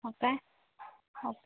okay okay